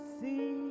see